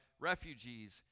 refugees